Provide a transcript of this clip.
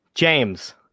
James